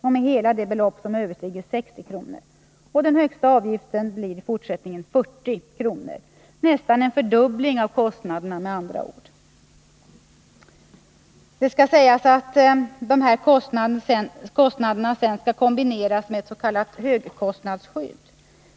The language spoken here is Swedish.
och med hela det belopp som överstiger 60 kr. Den högsta avgiften blir i fortsättningen 40 kr., med andra ord nästan en fördubbling av kostnaderna. Det skall sägas att dessa kostnader sedan skall kombineras med ett s.k. högkostnadsskydd.